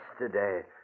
yesterday